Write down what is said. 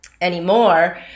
anymore